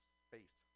space